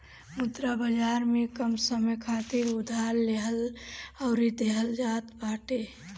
मुद्रा बाजार में कम समय खातिर उधार लेहल अउरी देहल जात बाटे